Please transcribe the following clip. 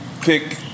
pick